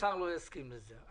השר לא יסכים לזה.